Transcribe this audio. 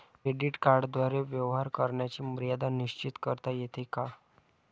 Credit कार्डद्वारे व्यवहार करण्याची मर्यादा निश्चित करता येते का?